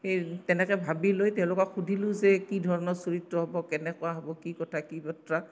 সেই তেনেকৈ ভাবি লৈ তেওঁলোকক সুধিলোঁ যে কি ধৰণৰ চৰিত্ৰ হ'ব কেনেকুৱা হ'ব কি কথা কি বাৰ্তা